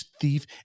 thief